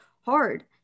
hard